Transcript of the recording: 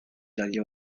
dagli